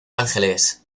angeles